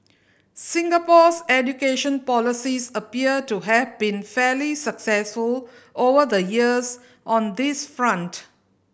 Singapore's education policies appear to have been fairly successful over the years on this front